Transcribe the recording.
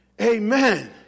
Amen